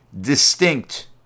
distinct